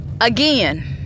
Again